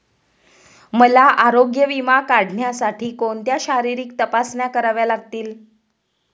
मला आरोग्य विमा काढण्यासाठी कोणत्या शारीरिक तपासण्या कराव्या लागतील?